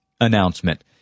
announcement